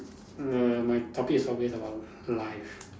err my topic is always about life